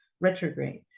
retrograde